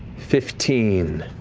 fifteen,